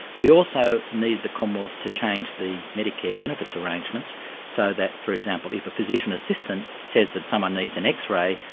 we also need the commonwealth to change the medicare benefits arrangements so that, for example, if a physician assistant says that someone needs an x-ray,